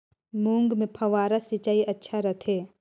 मूंग मे फव्वारा सिंचाई अच्छा रथे?